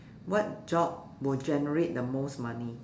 what job will generate the most money